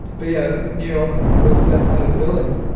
but yeah, new york was definitely the buildings.